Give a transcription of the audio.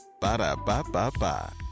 Ba-da-ba-ba-ba